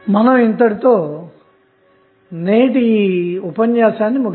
ఇంతటితో నేటి సెషన్ను ముగిద్దాము